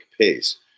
pace